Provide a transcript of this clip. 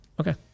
Okay